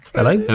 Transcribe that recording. Hello